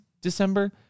December